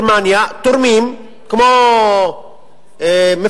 בגרמניה תורמים, כמו מפלגות,